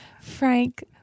Frank